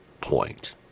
point